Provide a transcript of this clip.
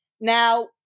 Now